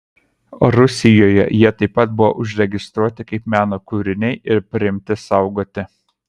rusijoje jie taip pat buvo užregistruoti kaip meno kūriniai ir priimti saugoti